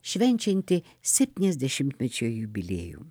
švenčiantį septyniasdešimtmečio jubiliejų